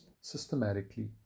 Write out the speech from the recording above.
systematically